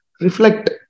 reflect